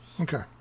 okay